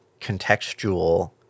contextual